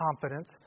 confidence